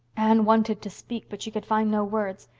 anne wanted to speak but she could find no words.